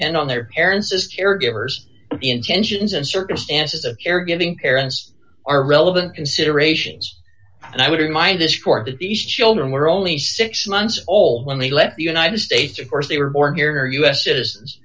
depend on their parents as caregivers intentions and circumstances of caregiving parents are relevant considerations and i would remind this court that these children were only six months old when they left the united states of course they were born here u s citizens